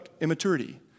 immaturity